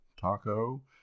taco